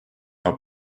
are